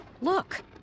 Look